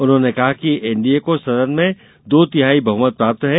उन्होंने कहा कि एनडीए को सदन में दो तिहाई बहुमत प्राप्त है